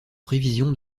prévision